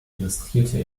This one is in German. illustrierte